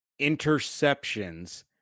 interceptions